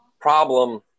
problem